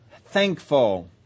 thankful